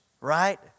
right